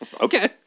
Okay